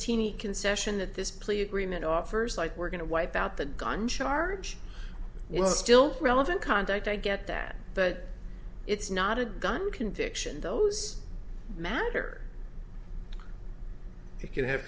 teeny concession that this plea agreement offers like we're going to wipe out the gun charge well still relevant conduct i get that but it's not a gun conviction those matter it could have